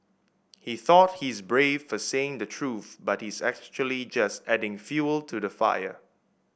he thought he's brave for saying the truth but he's actually just adding fuel to the fire